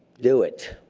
do it.